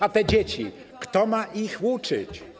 A te dzieci - kto ma je uczyć?